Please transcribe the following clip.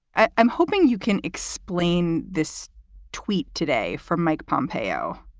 i'm hoping you can explain this tweet today from mike pompeo.